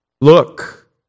Look